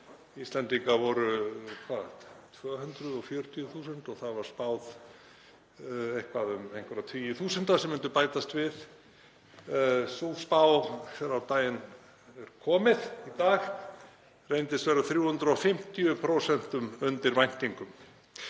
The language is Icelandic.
Íslendingar voru 240.000, og þar var spáð um einhverja tugi þúsunda sem myndu bætast við. Sú spá, þegar á daginn er komið, í dag, reyndist vera 350% undir væntingum.